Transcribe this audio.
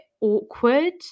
awkward